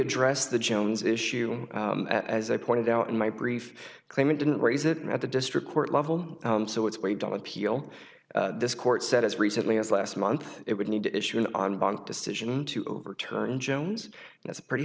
address the jones issue as i pointed out in my brief claim and didn't raise it at the district court level so it's way down appeal this court said as recently as last month it would need to issue an on bank decision to overturn jones that's a pretty